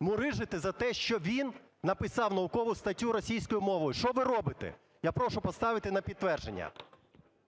мурижити за те, що він написав наукову статтю російською мовою. Що ви робите? Я прошу поставити на підтвердження.